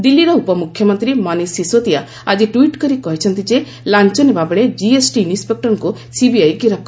ଦିଲ୍ଲୀର ଉପମୁଖ୍ୟମନ୍ତ୍ରୀ ମନୀଷ ସିଶୋଦିଆ ଆଜି ଟ୍ପିଟ୍ କରି କହିଛନ୍ତି ଯେ ଲାଞ୍ଚ ନେବା ବେଳେ ଜିଏସ୍ଟି ଇନ୍ସପେକ୍ଟରଙ୍କୁ ସିବିଆଇ ଗିରଫ କରିଛି